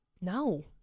No